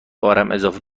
اضافه